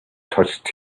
touched